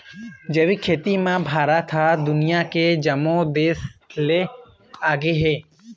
जैविक खेती म भारत ह दुनिया के जम्मो देस ले आगे हे